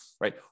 Right